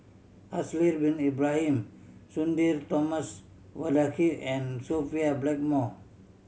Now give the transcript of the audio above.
Haslir Bin Ibrahim Sudhir Thomas Vadaketh and Sophia Blackmore